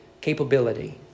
capability